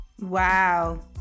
Wow